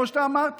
כמו שאתה אמרת,